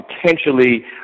potentially